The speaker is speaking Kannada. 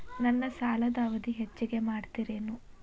ನನ್ನ ಸಾಲದ ಅವಧಿ ಹೆಚ್ಚಿಗೆ ಮಾಡ್ತಿರೇನು?